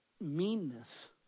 meanness